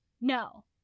no